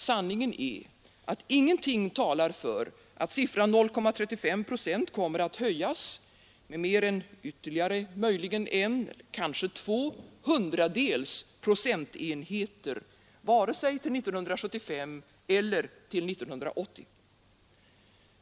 Sanningen är att ingenting talar för att siffran 0,35 procent kommer att höjas med mer än ytterligare möjligen en eller kanske två hundradels procentenheter, vare sig till 1975 eller till 1980.